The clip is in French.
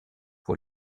pour